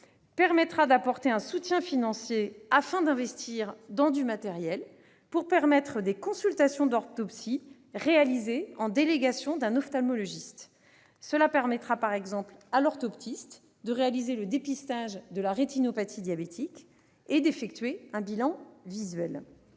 permettra d'apporter un soutien financier pour investir dans du matériel, afin de permettre des consultations d'orthoptie réalisées sur délégation d'un ophtalmologiste. Cela permettra par exemple à l'orthoptiste d'effectuer le dépistage de la rétinopathie diabétique comme un bilan visuel.